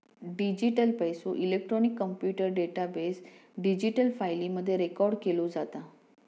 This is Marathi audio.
डिजीटल पैसो, इलेक्ट्रॉनिक कॉम्प्युटर डेटाबेस, डिजिटल फाईली मध्ये रेकॉर्ड केलो जाता